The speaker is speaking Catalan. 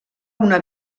una